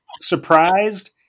surprised